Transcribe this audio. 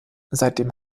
seitdem